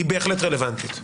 היא בהחלט רלוונטית,